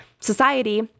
Society